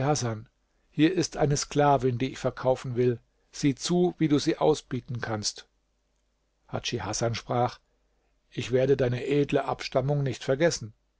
hier ist eine sklavin die ich verkaufen will sieh zu wie du sie ausbieten kannst hadschi hasan sprach ich werde deine edle abstammung nicht vergessen